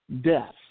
death